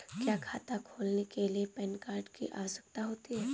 क्या खाता खोलने के लिए पैन कार्ड की आवश्यकता होती है?